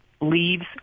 leaves